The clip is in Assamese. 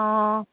অঁ